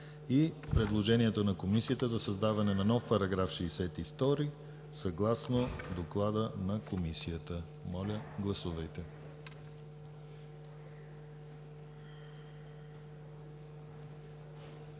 и предложението на Комисията за създаване на нов § 62, съгласно доклада на Комисията. Гласували